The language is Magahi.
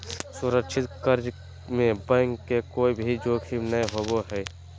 सुरक्षित कर्ज में बैंक के कोय भी जोखिम नय होबो हय